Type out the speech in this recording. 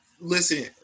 listen